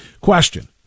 Question